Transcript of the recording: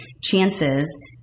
chances